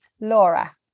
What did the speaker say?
Laura